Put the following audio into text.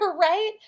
right